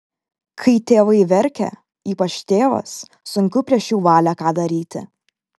kai tėvai verkia ypač tėvas sunku prieš jų valią ką daryti